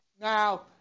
Now